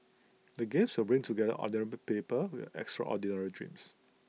the games will bring together ordinary the people with extraordinary dreams